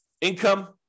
Income